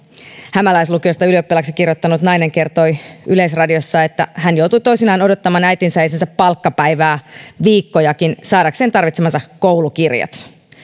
hämäläislukiosta ylioppilaaksi kirjoittanut nainen kertoi yleisradiossa että hän joutui toisinaan odottamaan äitinsä ja isänsä palkkapäivää viikkojakin saadakseen tarvitsemansa koulukirjat